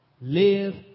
Live